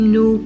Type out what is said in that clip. no